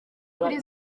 kuri